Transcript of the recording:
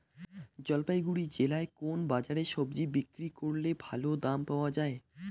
জলপাইগুড়ি জেলায় কোন বাজারে সবজি বিক্রি করলে ভালো দাম পাওয়া যায়?